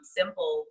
simple